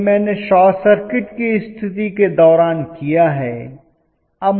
यह मैंने short circuit की स्थिति के दौरान किया है